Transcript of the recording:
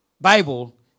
Bible